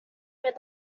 where